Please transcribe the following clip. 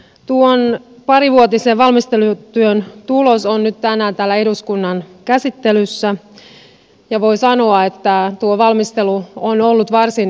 tuon parivuotisen valmistelutyön tulos on nyt tänään täällä eduskunnan käsittelyssä ja voi sanoa että tuo valmistelu on ollut varsin vaativaa